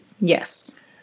Yes